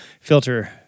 Filter